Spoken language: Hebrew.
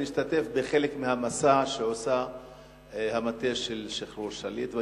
ונשתתף בחלק מהמסע שעושה המטה לשחרור שליט,